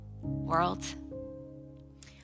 world